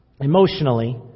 Emotionally